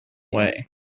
way